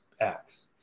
acts